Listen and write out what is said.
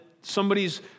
somebody's